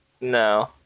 no